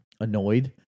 annoyed